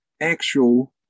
actual